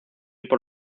por